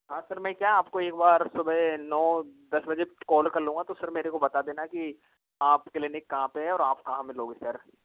हाँ सर मैं क्या आपको एक बार सुबह नौ दस बजे कॉल कर लूँगा तो सर मेरे को बता देना की आप क्लिनिक कहाँ पे है और आप कहाँ मिलोगे सर